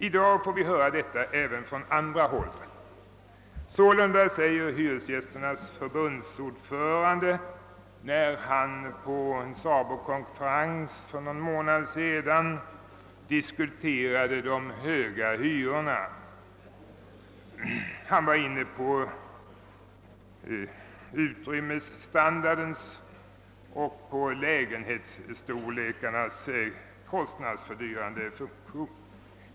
I dag får vi höra detta även från andra håll. Ordföranden i Hyresgästernas riksförbund, Erik Svensson, diskuterade för någon månad sedan vid en SABO-konferens de högre hyrorna och kom därvid in på utrymmesstandardens och lägenhetsstorlekarnas kostnadsfördyrande funktion.